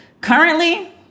Currently